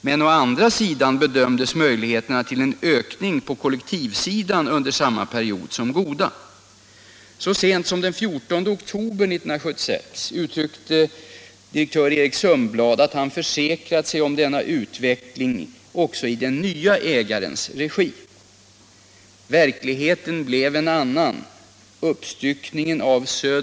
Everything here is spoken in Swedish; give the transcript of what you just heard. Men å andra sidan bedömdes möjligheterna till en ökning på kollektivsidan under samma period som goda. Verkligheten blev en annan.